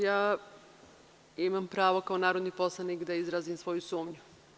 Ja imam pravo kao narodni poslanik da izrazim svoju sumnju.